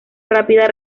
rápida